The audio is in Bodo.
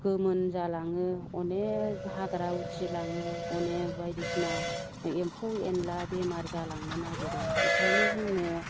गोमोन जालाङो अनेख हाग्रा उथिलाङो अनेख बायदिसिना एम्फौ एनला बेमार जालांनो नागिरो ओंखायनो जोङो